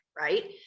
Right